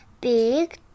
Big